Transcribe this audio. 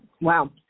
Wow